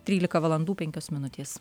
trylika valandų penkios minutės